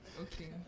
Okay